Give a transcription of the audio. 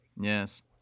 Yes